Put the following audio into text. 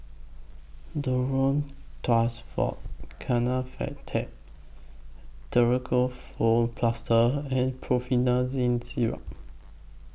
Duro Tuss Forte Kefentech Ketoprofen Plaster and Promethazine Syrup